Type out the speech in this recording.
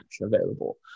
available